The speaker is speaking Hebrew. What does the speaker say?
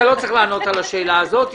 אתה לא צריך לענות על השאלה הזאת.